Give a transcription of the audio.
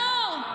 לא.